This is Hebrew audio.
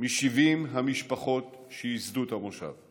מ-70 המשפחות שייסדו את המושב.